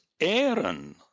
Aaron